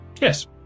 Yes